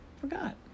forgot